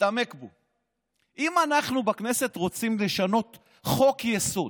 להתעמק בו: אם אנחנו בכנסת רוצים לשנות חוק-יסוד,